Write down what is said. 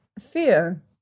fear